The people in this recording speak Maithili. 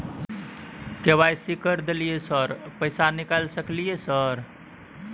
के.वाई.सी कर दलियै सर कल पैसा निकाल सकलियै सर?